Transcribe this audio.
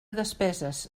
despeses